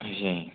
ਅੱਛਾ ਜੀ